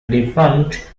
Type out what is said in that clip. defunct